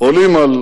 עולים על